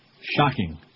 Shocking